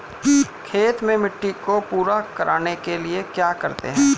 खेत में मिट्टी को पूरा करने के लिए क्या करते हैं?